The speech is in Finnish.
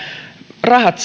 rahat